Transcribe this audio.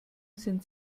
sind